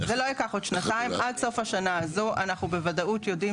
זה לא ייקח עוד שנתיים עד סוף השנה הזו אנחנו בוודאות יודעים